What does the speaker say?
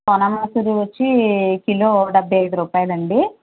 సోనా మసూరి వచ్చి కిలో డెబ్భై ఐదు రూపాయలండి